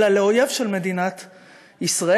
אלא לאויב של מדינת ישראל.